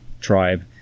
tribe